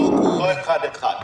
הוא לא אחד-אחד.